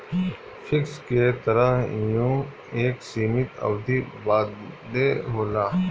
fix के तरह यहू एक सीमित अवधी बदे होला